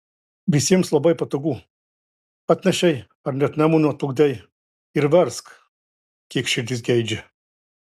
visiems labai patogu atnešei ar net nemunu atplukdei ir versk kiek širdis geidžia